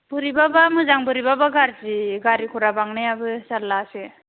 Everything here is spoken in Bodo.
बोरैबाबा मोजां बोरैबाबा गाज्रि गारि गरा बांनायाबो जारलासो